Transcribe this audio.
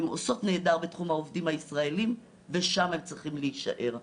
הן עושות נהדר בתחום העובדים הישראלים ושמה הם צריכים להישאר ולמה?